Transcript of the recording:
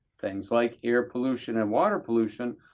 things like air pollution and water pollution,